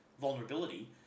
vulnerability